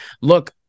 look